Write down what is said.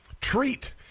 treat